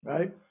Right